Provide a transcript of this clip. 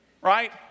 right